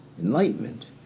Enlightenment